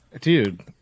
dude